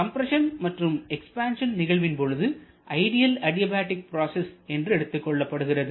compression மற்றும் expansion நிகழ்வின்போது ideal adiabatic process என்று எடுத்துக்கொள்ளப்படுகிறது